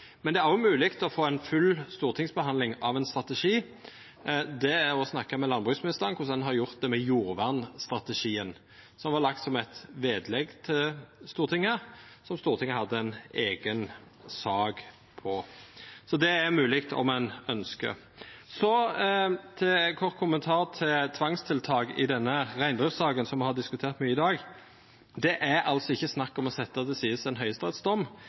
Men det er òg mogleg å få ei full stortingsbehandling av ein strategi og å snakka med landbruksministeren om korleis han har gjort det med jordvernstrategien, som var lagd som eit vedlegg til Stortinget, og som Stortinget hadde ei eiga sak om. Det er mogleg om ein ønskjer det. Så ein kort kommentar til tvangstiltak i reindriftssaka som me har diskutert mykje i dag: Det er ikkje snakk om å setja til side ein